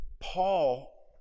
Paul